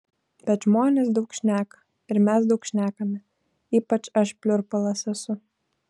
bet žmonės daug šneka ir mes daug šnekame ypač aš pliurpalas esu